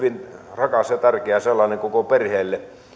rakas ja tärkeä sellainen koko perheelle